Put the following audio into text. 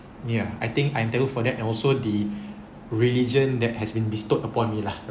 ya I think I'm thankful for that and also the religion that has been bestowed upon me lah